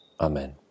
Amen